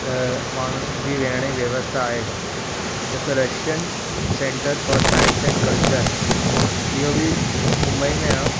माण्हुनि जे विहण जी व्यवस्था आहे हिकु Russian centre for science and culture इहो बि मुंबई में आहे